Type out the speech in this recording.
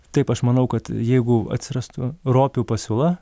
taip aš manau kad jeigu atsirastų ropių pasiūla